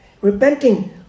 Repenting